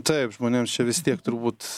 taip žmonėm čia vis tiek turbūt